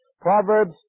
Proverbs